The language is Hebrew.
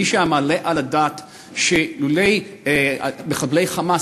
מישהו היה מעלה על הדעת שאילו מחבלי "חמאס"